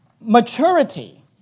maturity